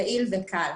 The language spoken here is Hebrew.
יעיל וקל.